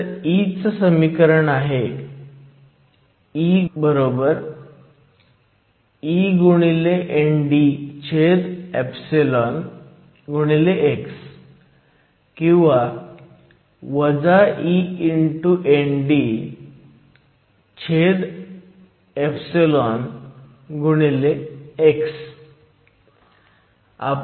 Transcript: तर E चं समीकरण आहे Ee ND x किंवा e ND x